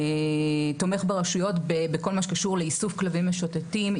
תומך ברשויות בכל מה שקשור לאיסוף כלבים משוטטים,